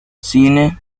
cine